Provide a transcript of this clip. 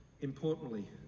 importantly